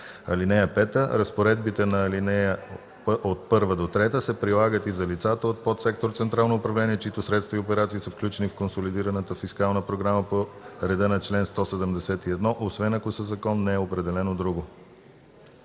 5. (5) Разпоредбите на ал. 1-3 се прилагат и за лицата от подсектор „Централно управление”, чиито средства и операции са включени в консолидираната фискална програма по реда на чл. 171, освен ако със закон не е определено друго.“